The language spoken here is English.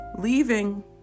leaving